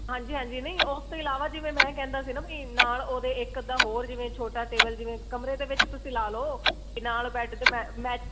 ਹਾਂਜੀ ਹਾਂਜੀ ਨਹੀਂ ਉਸ ਤੋਂ ਇਲਾਵਾ ਜਿਵੇਂ ਮੈਂ ਕਹਿੰਦਾ ਸੀ ਨਾ ਬਈ ਨਾਲ ਉਹਦੇ ਇੱਕ ਅੱਧਾ ਹੋਰ ਜਿਵੇਂ ਛੋਟਾ ਟੇਬਲ ਜਿਵੇਂ ਕਮਰੇ ਦੇ ਵਿੱਚ ਤੁਸੀਂ ਲਾ ਲਓ ਅਤੇ ਨਾਲ ਬੈਡ ਦੇ ਮੈਂ